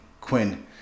Quinn